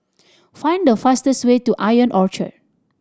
find the fastest way to Ion Orchard